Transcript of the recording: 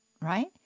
right